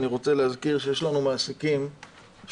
ואני רוצה להזכיר שיש לנו מעסיקים שההגדרה